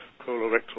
colorectal